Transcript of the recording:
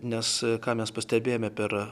nes ką mes pastebėjome per